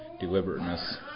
deliberateness